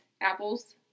Apples